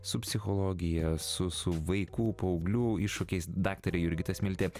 su psichologija su su vaikų paauglių iššūkiais daktarė jurgita smiltė